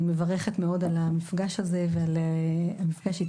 אני מברכת מאוד על הישיבה הזאת ועל המפגש עם